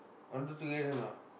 want do together or not